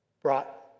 brought